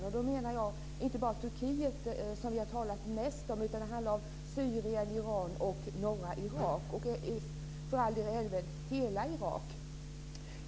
Och då menar jag inte bara Turkiet, som vi har talat mest om, utan det handlar även om Syrien, Iran och norra Irak - eller för all del hela Irak.